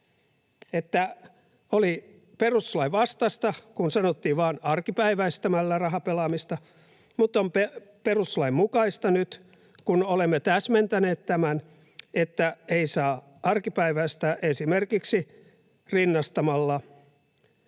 että oli perustuslain vastaista, kun sanottiin vain ”arkipäiväistämällä rahapelaamista”, mutta on perustuslain mukaista nyt, kun olemme täsmentäneet tämän, että ei saa arkipäiväistää esimerkiksi rinnastamalla